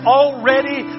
already